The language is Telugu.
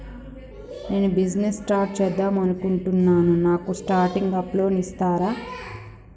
నేను బిజినెస్ స్టార్ట్ చేద్దామనుకుంటున్నాను నాకు స్టార్టింగ్ అప్ లోన్ ఇస్తారా?